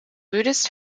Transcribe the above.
buddhist